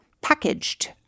packaged